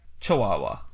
Chihuahua